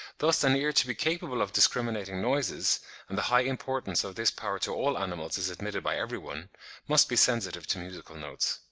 thus an ear to be capable of discriminating noises and the high importance of this power to all animals is admitted by every one must be sensitive to musical notes.